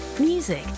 Music